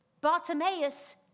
Bartimaeus